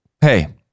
hey